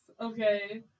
okay